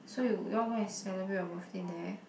so you you want go and celebrate your birthday there